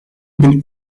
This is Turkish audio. bin